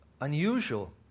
unusual